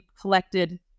collected